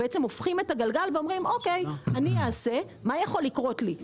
היבואן אומר: "מה יכול לקרות לי,